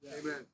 Amen